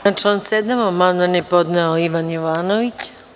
Na član 7. amandman je podneo Ivan Jovanović.